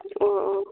اَوا اَوا